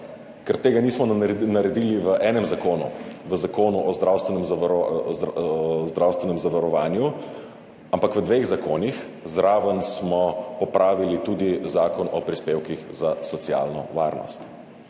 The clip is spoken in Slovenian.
Ker tega nismo naredili v enem zakonu, v zakonu o zdravstvenem za…, o zdravstvenem zavarovanju, ampak v dveh zakonih. Zraven smo popravili tudi zakon o prispevkih za socialno varnost,